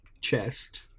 chest